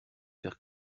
faire